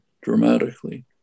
dramatically